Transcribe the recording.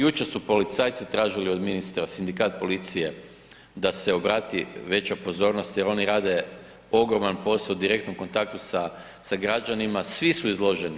Jučer su policajci tražili od ministra, Sindikat policije da se obrati veća pozornost jer oni rade ogroman posao, direktno u kontaktu sa, sa građanima, svi su izloženi.